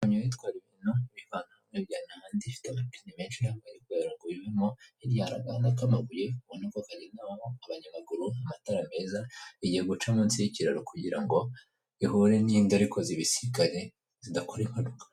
irya k' amabuye abanyamaguru amatara meza igiye guca munsi y'kiraro kugira ngo ihure n'inda ariko zibisire zidakora impanuka